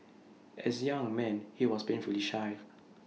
as young man he was painfully shy